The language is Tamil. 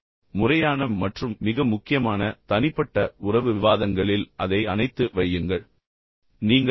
குறிப்பாக முறையான மற்றும் மிக முக்கியமான தனிப்பட்ட உறவு விவாதங்களில் அதை அணைக்கும் வைக்க நான் சொன்னேன்